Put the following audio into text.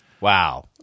Wow